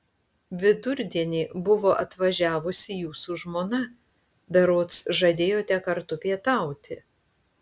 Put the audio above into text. vidurdienį buvo atvažiavusi jūsų žmona berods žadėjote kartu pietauti